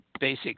basic